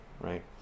right